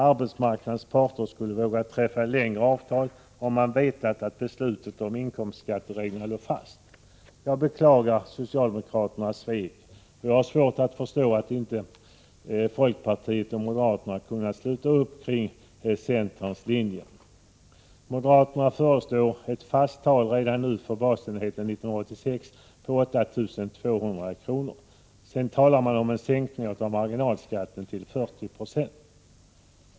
Arbetsmarknadens parter skulle ha vågat träffa längre avtal, om man vetat att beslutet om inkomstskattereglerna låg fast. Jag beklagar att socialdemokraterna svek, och jag har svårt att förstå att inte folkpartiet och moderaterna kunnat sluta upp kring centerns linje. Moderaterna föreslår ett fast tal redan nu för basenheten år 1986 på 8 200 kr. Sedan talar man om en sänkning av marginalskatten till 40 96.